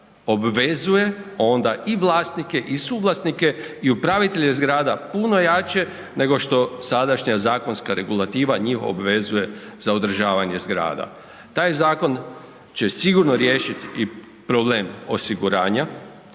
obvezuje onda i vlasnike i suvlasnike i upravitelje zgrada puno jače nego što sadašnja zakonska regulativa njih obvezuje za održavanje zgrada. Taj zakon će sigurno riješiti i problem osiguranja,